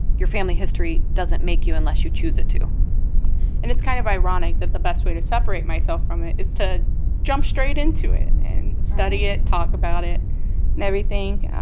your family history doesn't make you unless you choose it to and it's kind of ironic that the best way to separate myself from it is to jump straight into it and study it, talk about it and everything.